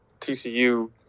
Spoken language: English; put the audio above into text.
TCU